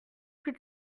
plus